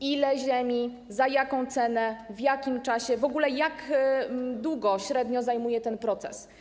Ile ziemi, za jaką cenę, w jakim czasie, w ogóle jak długo średnio trwa ten proces?